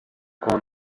con